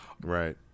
Right